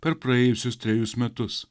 per praėjusius trejus metus